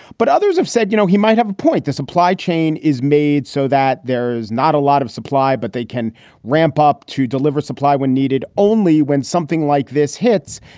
but others have said, you know, he might have a point. the supply chain is made so that there's not a lot of supply, but they can ramp up to deliver supply when needed, only when something like this hits.